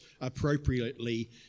appropriately